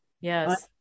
Yes